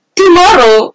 tomorrow